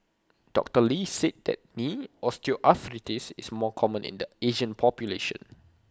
doctor lee said that knee osteoarthritis is more common in the Asian population